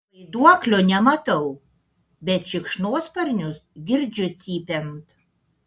vaiduoklio nematau bet šikšnosparnius girdžiu cypiant